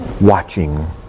watching